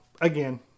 Again